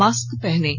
mask पहनें